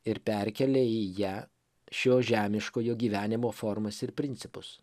ir perkelia į ją šio žemiškojo gyvenimo formas ir principus